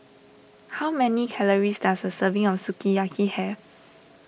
how many calories does a serving of Sukiyaki have